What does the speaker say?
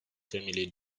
family